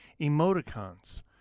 emoticons